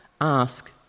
Ask